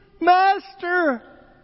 Master